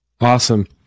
Awesome